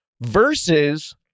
versus